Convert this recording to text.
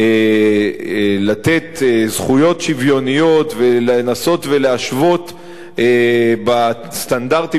לתת זכויות שוויוניות ולנסות להשוות בסטנדרטים שקיימים,